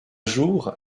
jour